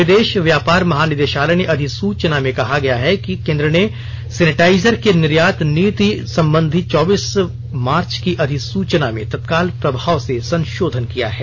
विदेश व्यापार महानिदेशालय की अधिसूचना में कहा गया है कि केन्द्र ने सेनेटाइजर की निर्यात नीति संबंधी चौबीस मार्च की अधिसूचना में तत्काल प्रभाव से संशोधन किया है